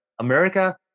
america